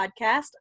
podcast